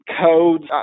codes